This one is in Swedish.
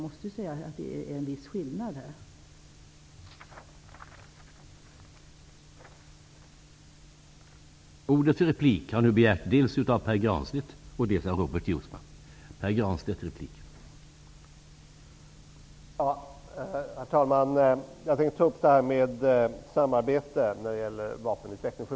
Det finns en viss skillnad mellan de sakerna.